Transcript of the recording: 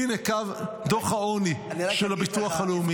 הינה, קח את דוח העוני של הביטוח הלאומי.